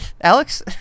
Alex